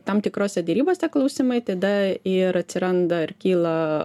tam tikrose derybose klausimai tada ir atsiranda ar kyla